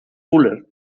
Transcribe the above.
fuller